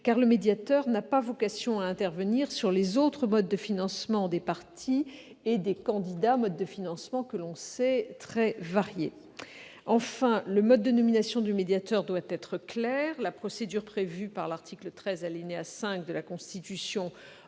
: le médiateur n'a pas vocation à intervenir sur les autres modes de financement des partis et des candidats, modes de financement que l'on sait très variés. Enfin, le mode de nomination du médiateur doit être clair. La procédure prévue par l'article 13, alinéa 5, de la Constitution offre